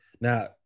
Now